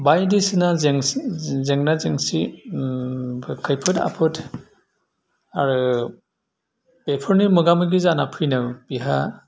बायदिसिना जेंसि जेंना जेंसि उम फोर खैफोद आफोद आरो बेफोरनि मोगा मोगि जाना फैना बेहा